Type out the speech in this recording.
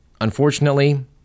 Unfortunately